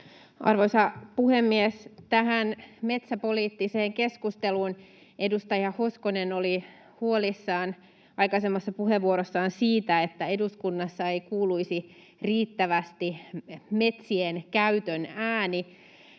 Arvoisa puhemies! Tähän metsäpoliittiseen keskusteluun: Edustaja Hoskonen oli huolissaan aikaisemmassa puheenvuorossaan siitä, että eduskunnassa ei kuuluisi riittävästi metsien käytön ääni.